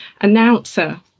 announcer